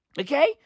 Okay